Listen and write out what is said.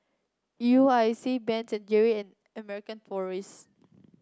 U I C Ben and Jerry and American Tourist